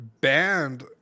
banned